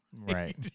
right